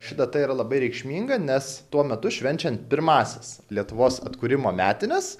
ši data yra labai reikšminga nes tuo metu švenčiant pirmąsias lietuvos atkūrimo metines